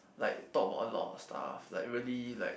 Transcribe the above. like talk about a lot of stuff like really like